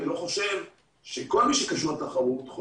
אני לא חושב שכל מי שקשור לתחרות,